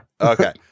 Okay